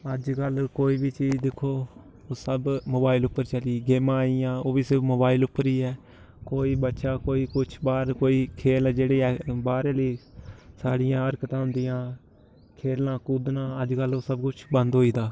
अज्जकल कोई बी चीज दिक्खो सब मोबाइल उप्पर चली गेमां आई गेइयां ओह् बी सिर्फ मोबाइल उप्पर ही ऐ कोई बच्चा कोई कुछ बाह्र कोई खेल ऐ जेह्ड़ी ऐ बाह्रै आह्ली सढ़ियां हरकतां होंदिया खेलना कुद्दना अज्जकल ओह् सब कुछ बंद होई गेदा